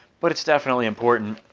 but it's definitely important